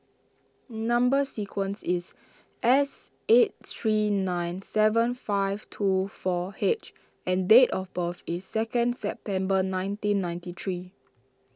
Number Sequence is S eight three nine seven five two four H and date of birth is second September nineteen ninety three